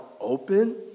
open